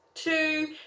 two